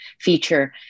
feature